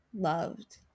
loved